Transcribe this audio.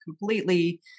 completely